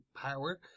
power